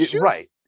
Right